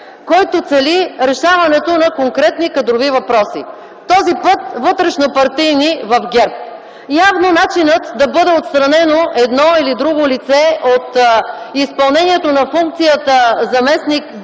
който цели решаването на конкретни кадрови въпроси – този път вътрешнопартийни в ГЕРБ. Явно начинът да бъде отстранено едно или друго лице от изпълнението на функцията заместник-директор